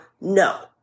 No